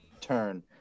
turn